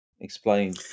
explain